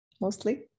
mostly